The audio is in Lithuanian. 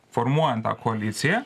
formuojant tą koaliciją